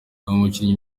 umukinnyi